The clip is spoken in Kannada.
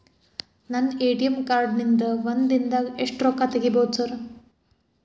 ನನ್ನ ಎ.ಟಿ.ಎಂ ಕಾರ್ಡ್ ನಿಂದಾ ಒಂದ್ ದಿಂದಾಗ ಎಷ್ಟ ರೊಕ್ಕಾ ತೆಗಿಬೋದು ಸಾರ್?